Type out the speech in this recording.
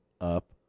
up